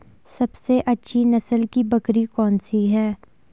सबसे अच्छी नस्ल की बकरी कौन सी है?